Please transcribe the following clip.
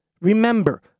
Remember